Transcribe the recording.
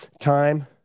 time